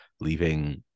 leaving